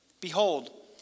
Behold